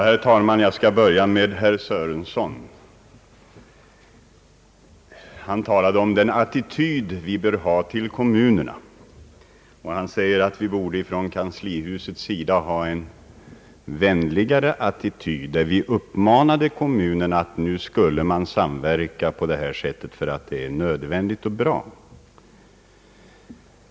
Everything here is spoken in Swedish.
Herr talman! Jag skall börja med att bemöta herr Sörenson. Han talade om den attityd vi bör ha till kommunerna och sade att kanslihuset borde uppvisa en vänligare attityd så att vi uppmanade kommunerna att samverka i denna fråga, eftersom reformen är nödvändig och bra.